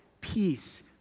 peace